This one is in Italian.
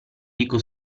dico